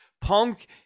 punk